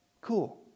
Cool